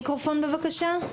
בבקשה.